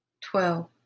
twelve